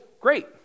great